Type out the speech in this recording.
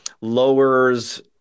lowers